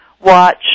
watch